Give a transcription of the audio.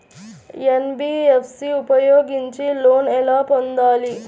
NBFC ఉపయోగించి loan ఎలా పొందాలి?